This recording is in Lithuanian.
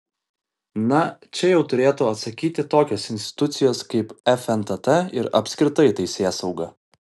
na čia jau turėtų atsakyti tokios institucijos kaip fntt ir apskritai teisėsauga